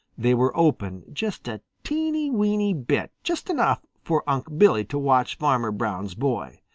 they were open just a teeny, weeny bit, just enough for unc' billy to watch farmer brown's boy.